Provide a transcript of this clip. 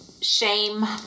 shame